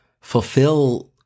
fulfill